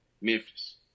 Memphis